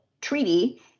treaty